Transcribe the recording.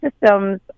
systems